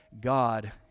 God